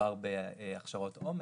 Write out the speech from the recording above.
מדובר בהכשרות עומק,